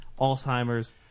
Alzheimer's